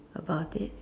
about it